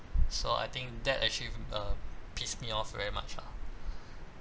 so I think that actually uh pissed me off very much ah